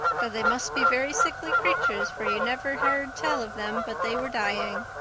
but they must be very sickly creatures, for you never heard tell of them but they were dying.